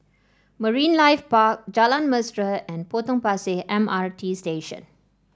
Marine Life Park Jalan Mesra and Potong Pasir M R T Station